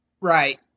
Right